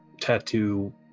tattoo